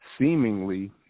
seemingly